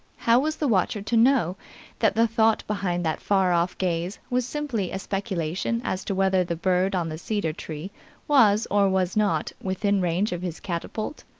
how was the watcher to know that the thought behind that far-off gaze was simply a speculation as to whether the bird on the cedar tree was or was not within range of his catapult?